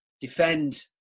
defend